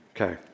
Okay